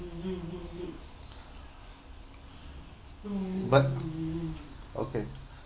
but okay